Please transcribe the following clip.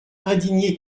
indignés